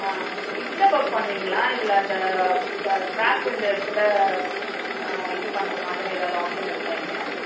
ஆ இந்த ஒர்க் பண்ணுவீங்களா இதில் அந்த க்ரா க்ராச் விழுந்த இடத்துல இது பண்ணுற மாதிரி ஏதாவது ஆப்ஷன் இருக்கா இங்கே